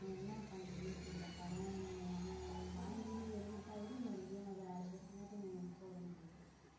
நாங்கள் என்னா பண்ணுறதுனே தெரில கடன் வாங்கவும் வாங்கி எடுக்கறதாக இருக்குது மறுபடியும் அதை அடைக்கிறது காட்டியும் போதுன்னு புடுது